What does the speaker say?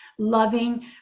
loving